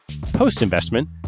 Post-investment